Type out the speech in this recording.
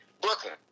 Brooklyn